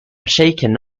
shaken